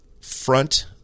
front